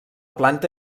planta